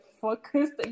focused